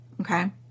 okay